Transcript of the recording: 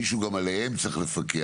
מישהו גם עליהם צריך לפקח.